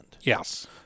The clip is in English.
Yes